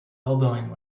elbowing